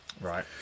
Right